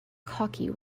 cocky